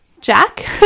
Jack